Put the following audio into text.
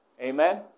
Amen